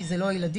כי זה לא ילדים,